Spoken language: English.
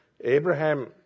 Abraham